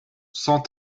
cent